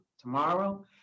tomorrow